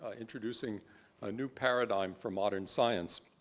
ah introducing a new paradigm for modern science.